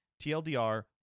TLDR